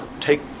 take